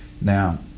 Now